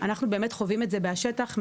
אנחנו באמת חווים את זה בשטח מהקבלנים,